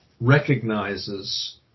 recognizes